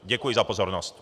Děkuji za pozornost.